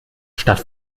statt